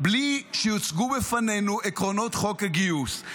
בלי שיוצגו בפנינו עקרונות חוק הגיוס.